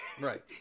right